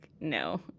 no